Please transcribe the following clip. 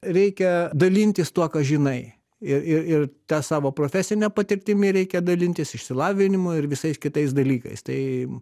reikia dalintis tuo ką žinai ir ir ir ta savo profesine patirtimi reikia dalintis išsilavinimu ir visais kitais dalykais tai